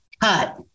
cut